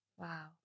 Wow